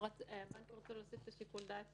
הבנקים רוצים להוסיף את שיקול הדעת